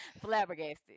flabbergasted